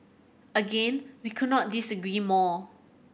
again we could not disagree more